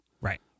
Right